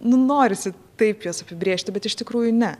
nu norisi taip juos apibrėžti bet iš tikrųjų ne